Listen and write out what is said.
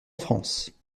france